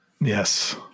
Yes